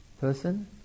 person